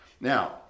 Now